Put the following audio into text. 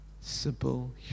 Simple